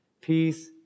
Peace